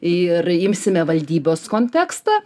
ir imsime valdybos kontekstą